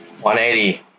180